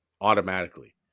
automatically